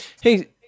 Hey